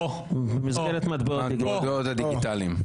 לא, בסדר גמור.